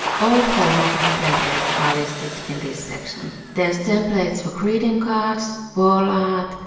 all of their mockup templates are listed in this section. there's templates for greeting cards, wall art,